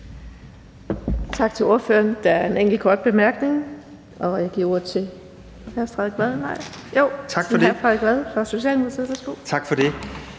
Tak til ordføreren. Der er en enkelt kort bemærkning. Jeg giver ordet til hr. Frederik